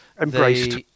embraced